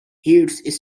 hits